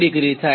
98° થાય